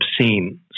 obscene